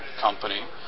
company